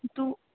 तू